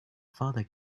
father